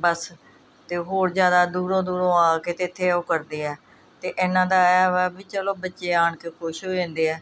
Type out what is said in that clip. ਬਸ ਅਤੇ ਹੋਰ ਜ਼ਿਆਦਾ ਦੂਰੋਂ ਦੂਰੋਂ ਆ ਕੇ ਅਤੇ ਇੱਥੇ ਉਹ ਕਰਦੇ ਹੈ ਅਤੇ ਇਹਨਾਂ ਦਾ ਇਹ ਵਾ ਵੀ ਚਲੋ ਬੱਚੇ ਆਣ ਕੇ ਖੁਸ਼ ਹੋ ਜਾਂਦੇ ਹੈ